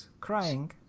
crying